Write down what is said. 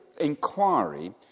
inquiry